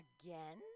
again